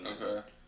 Okay